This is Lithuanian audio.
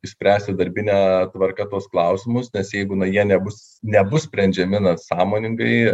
išspręsti darbine tvarka tuos klausimus nes jeigu na jie nebus nebus sprendžiami na sąmoningai